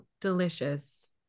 delicious